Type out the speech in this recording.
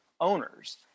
owners